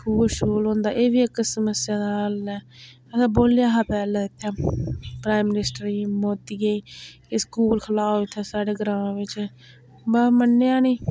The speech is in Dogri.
स्कूल श्कूल होंदा एह् बी इक समस्या दा हल ऐ मतलब बोलेआ हा शा पैह्ले प्राइम मनिस्टर गी मोदियै गी कि स्कूल खलाओ इत्थें साढ़ै ग्रांऽ बिच्च म मन्नेआ नी